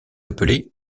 appelé